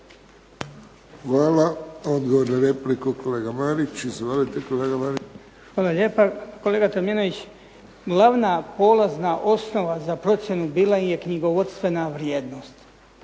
Hvala. Odgovor na repliku, kolega Marić. Izvolite. **Marić, Goran (HDZ)** Hvala lijepa. Kolega Tomljenović glavna polazna osnova za procjenu bila je knjigovodstvena vrijednost.